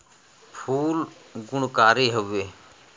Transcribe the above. फूल गुणकारी हउवे